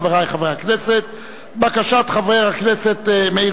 חברי חברי הכנסת: בקשת חברי הכנסת מאיר